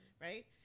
right